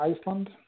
Iceland